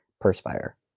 Perspire